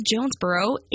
Jonesboro